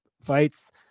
fights